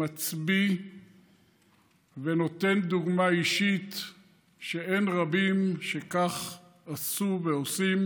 מצביא ונותן דוגמה אישית שאין רבים שכך עשו ועושים,